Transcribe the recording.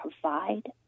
provide